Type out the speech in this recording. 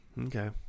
Okay